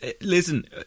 Listen